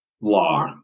law